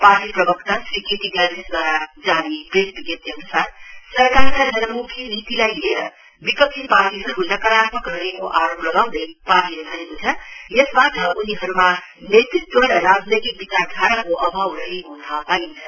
party प्रवक्त Shri K T ग्याल्छेनदुवारा जारी प्रेस विज्ञपीअनुसार सरकारका जनमूखि नीतिलाई लिएर विपक्षी पार्टीहरु नकारात्मक रहेको आरोप लगाउँदै पार्टीले भनेको छ उनीहरुमा नेत्वत्व र राजनैतिक विचरधाराको सभाव रहेको थाहा पाइन्छ